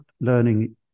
learning